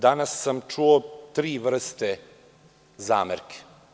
Danas sam čuo tri vrste zamerki.